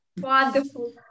Wonderful